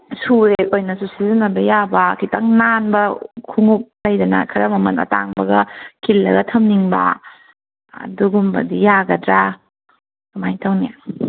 ꯁꯨ ꯔꯦꯛ ꯑꯣꯏꯅꯁꯨ ꯁꯤꯖꯤꯟꯅꯕ ꯌꯥꯕ ꯈꯤꯇꯪ ꯅꯥꯟꯕ ꯈꯣꯡꯎꯞ ꯂꯩꯗꯅ ꯈꯔ ꯃꯃꯜ ꯑꯇꯥꯡꯕꯒ ꯈꯤꯜꯂꯒ ꯊꯝꯅꯤꯡꯕ ꯑꯗꯨꯒꯨꯝꯕꯗꯤ ꯌꯥꯒꯗ꯭ꯔꯥ ꯀꯃꯥꯏꯅ ꯇꯧꯅꯤ